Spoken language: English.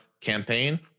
campaign